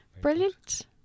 Brilliant